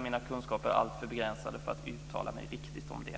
Mina kunskaper är alltför begränsade för att jag ska kunna uttala mig riktigt om det.